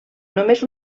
només